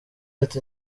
ati